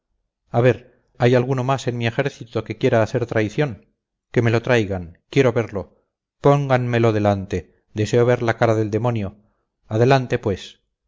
a ver hay alguno más en mi ejército que quiera hacer traición que me lo traigan quiero verlo pónganmelo delante deseo ver la cara del demonio adelante pues